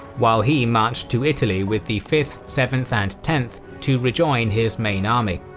while he marched to italy with the fifth, seventh and tenth to rejoin his main army.